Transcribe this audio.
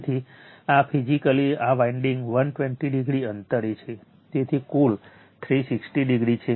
તેથી આ ફિઝિકલી આ વાઇન્ડીંગ 120o અંતરે છે તેથી કુલ 360o છે